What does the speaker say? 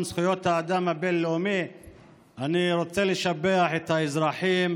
זכויות האדם הבין-לאומי אני רוצה לשבח את האזרחים,